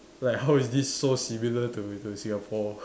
like how is this so similar to to Singapore